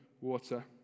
water